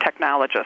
technologist